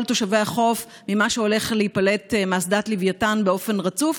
תושבי החוף ממה שהולך להיפלט מאסדת לוויתן באופן רצוף,